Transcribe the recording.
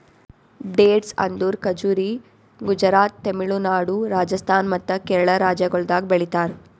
dates ಅಂದುರ್ ಖಜುರಿ ಗುಜರಾತ್, ತಮಿಳುನಾಡು, ರಾಜಸ್ಥಾನ್ ಮತ್ತ ಕೇರಳ ರಾಜ್ಯಗೊಳ್ದಾಗ್ ಬೆಳಿತಾರ್